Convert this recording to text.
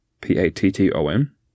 P-A-T-T-O-M